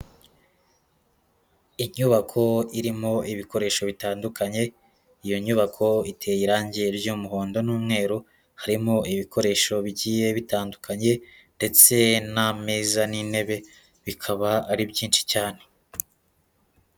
Inyubako irimo ibikoresho bitandukanye, iyo nyubako iteye irange ry'umuhondo n'umweru harimo ibikoresho bigiye bitandukanye ndetse n'ameza n'intebe bikaba ari byinshi cyane.